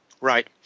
Right